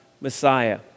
Messiah